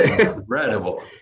incredible